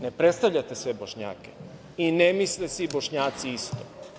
Ne predstavljate sve Bošnjake i ne misli svi Bošnjaci isto.